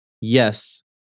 Yes